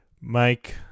Mike